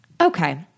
Okay